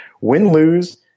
win-lose